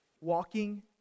Walking